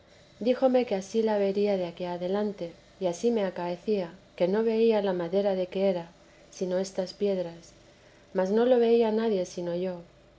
díjome que ansí la vería de aquí adelante y teresa de ansí me acaecía que no veía la madera de que era sino estas piedras mas no la veía nadie sino yo